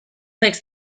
makes